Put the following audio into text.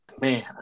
Man